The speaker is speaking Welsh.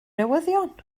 newyddion